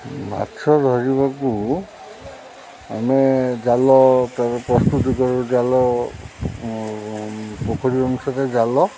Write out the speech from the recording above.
ମାଛ ଧରିବାକୁ ଆମେ ଜାଲ ପ୍ରସ୍ତୁତି କର ଜାଲ ପୋଖରୀ ଅନୁସାରେ ଜାଲ